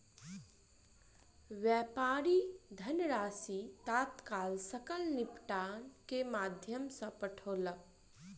व्यापारी धनराशि तत्काल सकल निपटान के माध्यम सॅ पठौलक